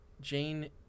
Jane